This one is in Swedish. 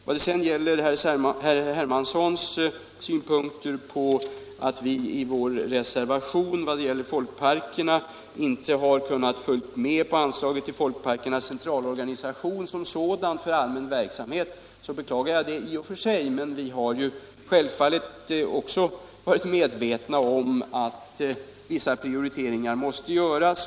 När det sedan gäller herr Hermanssons synpunkter på att vi i vår res I servation beträffande folkparkerna inte har kunnat stödja föreslaget anslag — Anslag till allmänna till Folkparkernas centralorganisation som sådan för allmän verksamhet — kulturändamål, beklagar jag det i och för sig, men vi har självfallet också varit medvetna — m.m. om att vissa prioriteringar måste göras.